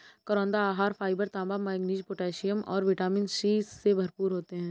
करौंदा आहार फाइबर, तांबा, मैंगनीज, पोटेशियम और विटामिन सी से भरपूर होते हैं